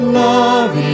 love